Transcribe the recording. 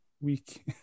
week